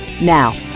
Now